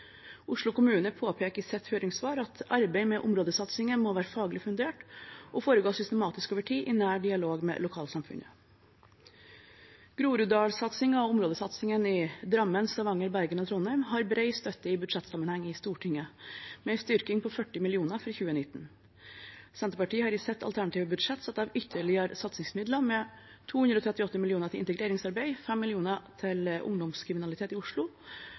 Oslo kommune påpeker i sitt høringssvar at arbeidet med områdesatsinger må være faglig fundert og foregå systematisk over tid, i nær dialog med lokalsamfunnet. Groruddalssatsingen og områdesatsingene i Drammen, Stavanger, Bergen og Trondheim har bred støtte i budsjettsammenheng i Stortinget, med en styrking på 40 mill. kr for 2019. Senterpartiet har i sitt alternative budsjett satt av ytterligere satsingsmidler med 238 mill. kr til integreringsarbeid, 5 mill. kr til ungdomskriminalitet i Oslo,